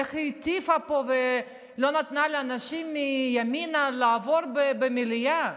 איך היא הטיפה פה ולא נתנה לאנשים מימינה לעבור במליאה.